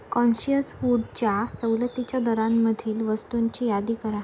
conscious फूडच्या सवलतीच्या दरांमधील वस्तूंची यादी करा